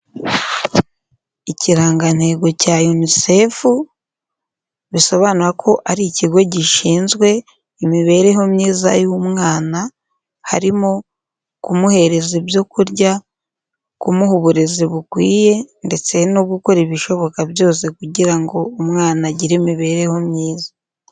Ikirangantego cya Unicef bisobanura ko ari ikigo gishinzwe imibereho myiza y'umwana, harimo kumuhereza ibyo kurya, kumuha uburezi bukwiye ndetse no gukora ibishoboka byose kugira ngo umwana agire imibereho myiza.